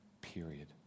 Period